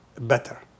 better